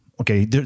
Okay